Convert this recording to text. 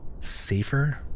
Safer